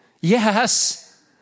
Yes